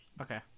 Okay